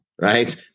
right